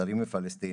זרים ופלסטינים.